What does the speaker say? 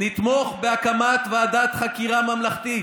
"נתמוך בהקמת ועדת חקירה ממלכתית",